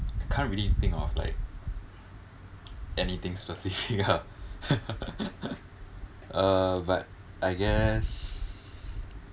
can't really think of like anything specific ah uh but I guess